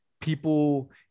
people